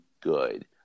good